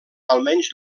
almenys